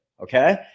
okay